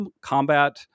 combat